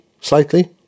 slightly